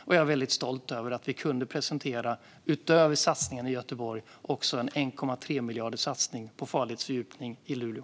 Jag är väldigt stolt över att vi kunnat presentera, utöver satsningen i Göteborg, en 1,3-miljarderssatsning på farledsfördjupning i Luleå.